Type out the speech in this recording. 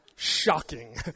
Shocking